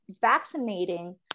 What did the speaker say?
vaccinating